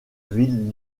ville